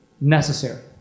necessary